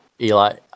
Eli